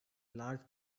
large